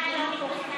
לא נקלטה